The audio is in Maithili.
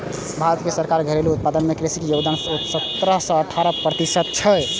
भारत के सकल घरेलू उत्पादन मे कृषि के योगदान सतरह सं अठारह प्रतिशत छै